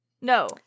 No